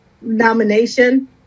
nomination